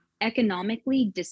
economically